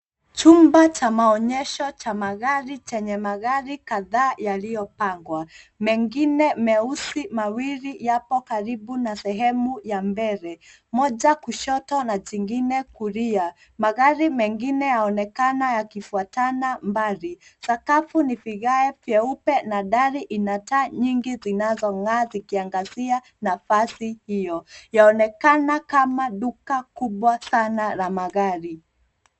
Chumba cha maonyesho cha magari chenye magari kadhaa yaliyopangwa. Mengine meusi mawili yapo karibu na sehemu ya mbele, moja kushoto na jingine kulia. Magari mengine yaonekana yakifuatana mbali. Sakafu ni vigae vyeupe na dari ina taa nyingi zinazong'aa zikiangazia nafasi hiyo. Yaonekana kama duka kubwa sana la magari.